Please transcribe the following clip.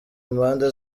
mpande